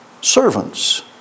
servants